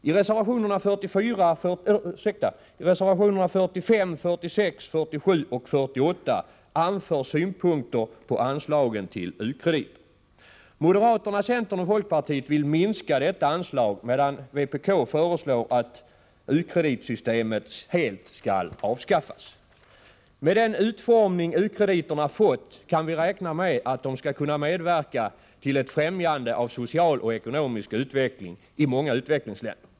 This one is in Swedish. I reservationerna 45, 46, 47 och 48 anförs synpunkter på anslagen till u-krediter. Moderaterna, centern och folkpartiet vill minska dessa anslag, medan vpk föreslår att u-kreditsystemet helt skall avskaffas. Med den utformning som u-krediterna fått kan vi räkna med att de skall kunna medverka till ett främjande av social och ekonomisk utveckling i många utvecklingsländer.